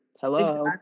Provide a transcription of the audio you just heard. Hello